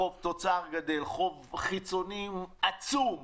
חוב תוצר גדל, חוב חיצוני עצום,